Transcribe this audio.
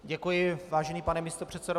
Děkuji, vážený pane místopředsedo.